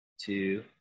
two